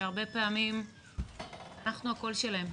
שהרבה פעמים אנחנו הקול שלהם.